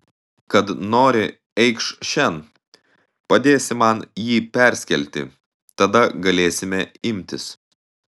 kad nori eikš šen padėsi man jį perskelti tada galėsime imtis